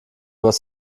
was